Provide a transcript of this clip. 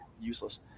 useless